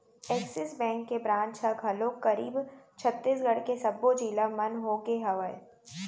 Axis bank के branch ह घलोक करीब छत्तीसगढ़ के सब्बो जिला मन होगे हवय